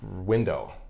window